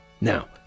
Now